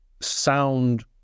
sound